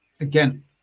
again